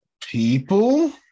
People